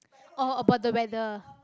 oh about the weather